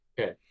okay